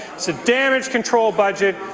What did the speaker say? it's a damage control budget.